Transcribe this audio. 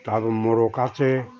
তারপর মোরগ আছে